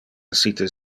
essite